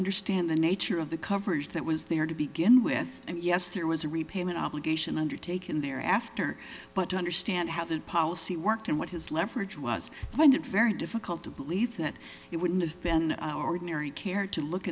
understand the nature of the coverage that was there to begin with and yes there was a repayment obligation undertaken there after but to understand how that policy worked and what his leverage was when it's very difficult to believe that it wouldn't have been ordinary care to look